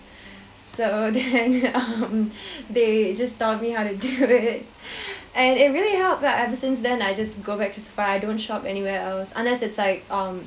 so then um they just tell me how to do it and it really help like ever since then I just go back to sephora I don't shop anywhere else unless it's like um